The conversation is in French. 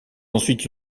ensuite